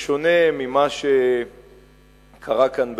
בשונה ממה שקרה כאן בעבר,